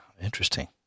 Interesting